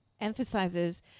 emphasizes